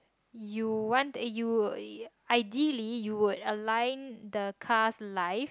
you want you ideally you would align the car's life